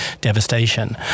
devastation